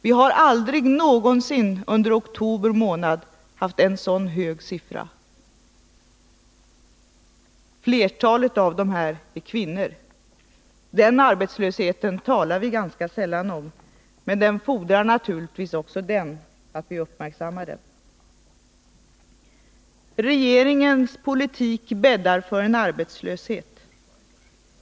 Vi har aldrig någonsin under oktober månad haft en sådan hög siffra. Flertalet av dessa deltidsanställda är kvinnor. Den arbetslösheten talar vi ganska sällan om, men även den fordrar naturligtvis vår uppmärksamhet. Regeringens politik bäddar för arbetslöshet.